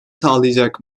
sağlayacak